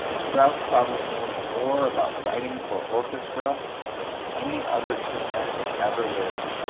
strauss probably knows more about writing for orchestra than any other two men that ever lived,